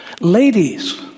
Ladies